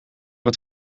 het